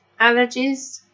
allergies